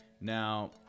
Now